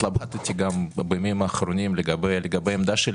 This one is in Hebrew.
התלבטתי גם בימים האחרונים לגבי העמדה שלי.